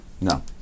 no